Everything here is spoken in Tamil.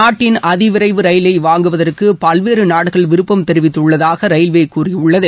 நாட்டின் அதிவிரைவு ரயிலை வாங்குவதற்கு பல்வேறு நாடுகள் விருப்பம் தெரிவித்துள்ளதாக ரயில்வே கூறியுள்ளது